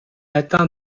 atteint